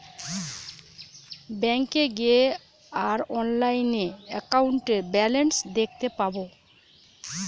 ব্যাঙ্কে গিয়ে আর অনলাইনে একাউন্টের ব্যালান্স দেখতে পাবো